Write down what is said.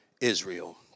Israel